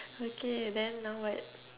okay then now what